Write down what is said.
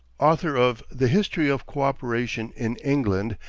author of the history of cooperation in england,